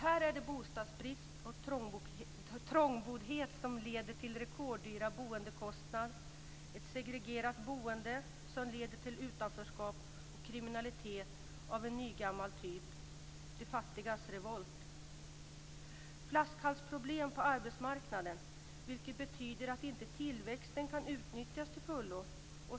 Här finns bostadsbrist och trångboddhet som leder till rekorddyra boendekostnader, ett segregerat boende med utanförskap och kriminalitet av nygammal typ - de fattigas revolt. Det blir flaskhalsproblem på arbetsmarknaden, vilket betyder att tillväxten inte kan utnyttjas till fullo.